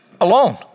alone